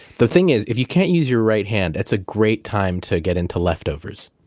the thing is, if you can't use your right hand, that's a great time to get into leftovers